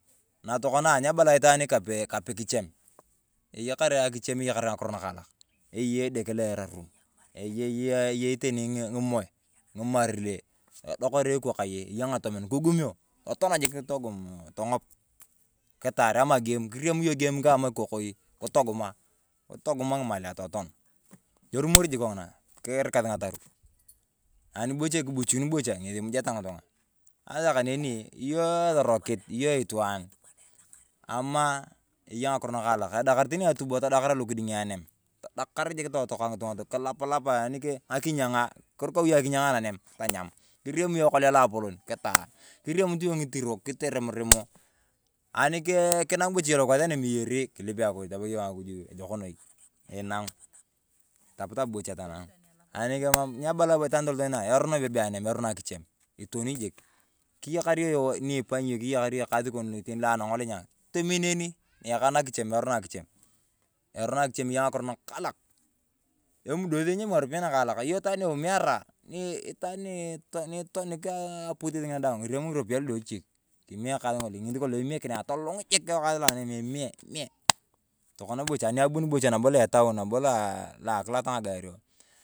Na tukona nyabala ayong itwaan kapee kichem. Enyakar akichem eyakar ng’akiro nakalak. Eyei edeke lo erarum, eyei eyei teni ng'imor ng’imarile edokari ekwakaye eyeya ng’atomen kigumio totaan jik togum tong’op. Kitaar amaa gem, kirimi yong gem kama ikokoi kitoguma ng’imalea totaan, torumor jik kong'ina kirikasi ng’ataruk. Anibocha kibuchuri bocha ng’esi emujeta ng'itung'a. Asaa kaneni, i yong esorokit, i yong itwaan amaa eya ng’akiro nakalak. Edakar tani atuba todakar alokiding anam, todakar jik, totokak jik ng'itung'a kilaplapae ani ke ng’akinyang’a, kirikau i yong akinyang’a anam kitanyam. Kirikau yong ekalia loapolon kitaar, kiriam yong ng’itirio kitoremoremo. Ari kenang yung lokwas anam iyeri kilip akuje, tamaa yong akiluj ejokonoi. Inak, kitaputapu bocha tonak, ani kemam nyibala bocha ayong itwaan toloto inaa. Erono ibere bee anam, erono akichem, itwaani jik. Kiyakar yong nipanyi, kiyakar ekas kon lo anang’olenyang, tomin neni iyakaa na kichem, erono akichem. Erono akichem eya ng'akiro nakalak. Emodos enyemi ng'aropiyaee nakalak, iyong itwaan ni iumiyara ni itwaan inait aposis ng’ina daang taany ng'aropiyae nadochichik. Kemie ekas ng’olo, ng'esi kolong emikina ayong atolung jik ekas lu anam emee emee, tokona bocha ani aboni bocha lo etuun habo lo loa akilat ng’agario.